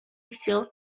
feel